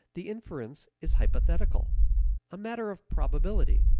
the inference is hypothetical a matter of probability.